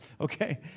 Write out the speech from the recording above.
Okay